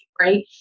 right